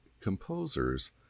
composers